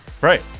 Right